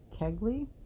Kegley